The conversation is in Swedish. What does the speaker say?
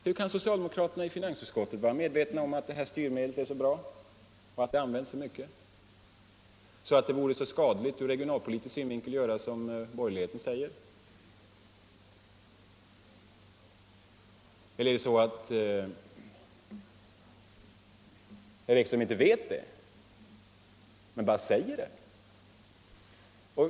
Hur kan socialdemokraterna i finansutskottet vara medvetna om att detta styrmedel är så bra och att det används så ofta, att det vore skadligt ur regionalpolitisk synvinkel att göra så som borgerligheten föreslår? Eller är det så att herr Ekström inte vet det, men bara säger det?